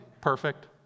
perfect